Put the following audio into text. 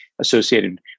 associated